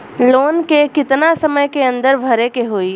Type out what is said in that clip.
Loan के कितना समय के अंदर भरे के होई?